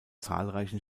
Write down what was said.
zahlreichen